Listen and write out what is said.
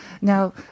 Now